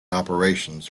operations